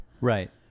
Right